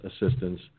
assistance